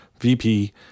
VP